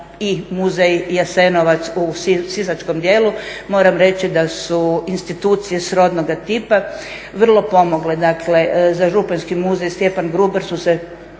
i muzej Jasenovac u sisačkom dijelu moram reći da su institucije srodnoga tipa vrlo pomogle, dakle za županjski muzej Stjepan Gruber su se